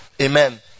Amen